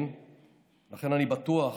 לכן אני בטוח